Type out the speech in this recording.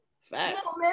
Facts